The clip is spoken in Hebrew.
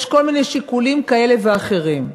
יש שיקולים כאלה ואחרים.